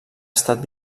estat